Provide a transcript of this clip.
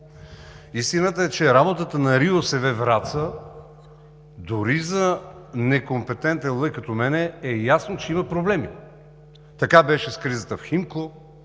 Истината е, че работата на РИОСВ – Враца, дори за некомпетентен лаик като мен е ясно, че има проблеми. Така беше с кризата в „Химко“,